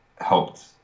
helped